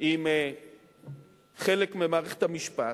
עם חלק ממערכת המשפט.